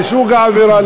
לסוג העבירה,